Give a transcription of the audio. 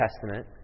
Testament